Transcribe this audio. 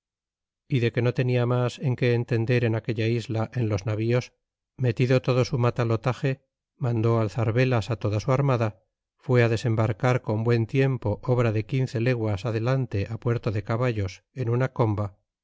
y de que no tenia mas en que entender en aquella isla en los navíos metido todo su matalotage mandó alzar velas toda su armada fue desembarcar con buen tiempo obra de quince leguas adelante puerto de caballos en una comba